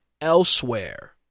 elsewhere